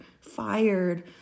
fired